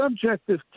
subjective